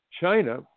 China